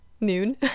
noon